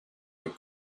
were